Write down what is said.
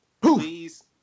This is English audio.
Please